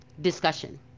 discussion